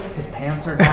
his pants are